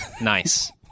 nice